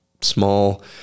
small